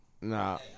Nah